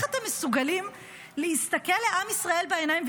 איך אתם מסוגלים להסתכל לעם ישראל בעיניים?